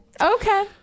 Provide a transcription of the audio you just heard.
Okay